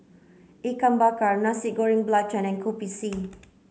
Ikan Bakar Nasi Goreng Belacan and Kopi C